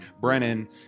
Brennan